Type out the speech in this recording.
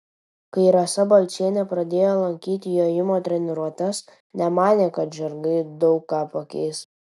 kai rasa balčienė pradėjo lankyti jojimo treniruotes nemanė kad žirgai daug ką pakeis